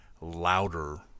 louder